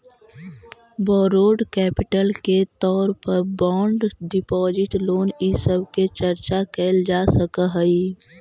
borrowed capital के तौर पर बॉन्ड डिपाजिट लोन इ सब के चर्चा कैल जा सकऽ हई